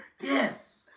Yes